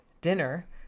dinner